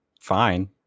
fine